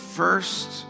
first